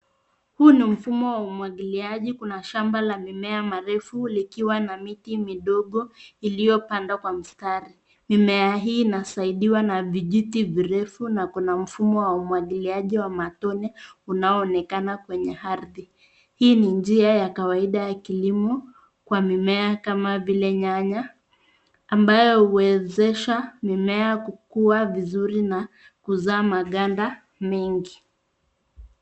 Huu ni mfumo wa umwagiliaji. Kuna shamba la mimea marefu likiwa na miti midogo iliyopandwa kwa mstari. Mimea hii inasaidiwa na vijiti virefu na kuna mfumo wa umwagiliaji wa matone unaonekana kwenye ardhi. Hii ni njia ya kawaida ya kilimo kwa mimea kama vile nyanya, ambayo uwezesha mimea kukuwa vizuri na kuzaa maganda mengi.